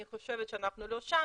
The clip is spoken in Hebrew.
אני חושבת שאנחנו לא שם.